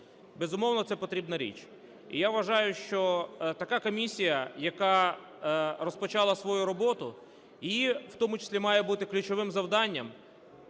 Безумовно, це потрібна річ. І я вважаю, що така комісія, яка розпочала свою роботу, її в тому числі має бути ключовим завданням